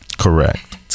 Correct